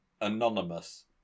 Anonymous